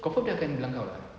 confirm dia akan bilang kau